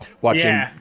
watching